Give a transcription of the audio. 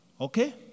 Okay